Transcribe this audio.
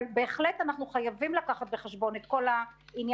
אבל בהחלט אנחנו חייבים לקחת בחשבון את העניין